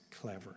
clever